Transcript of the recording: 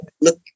look